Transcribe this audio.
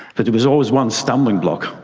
but there was always one stumbling block,